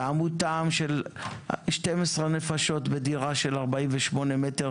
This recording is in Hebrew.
טעמו טעם של 12 נפשות בדירה של 48 מטר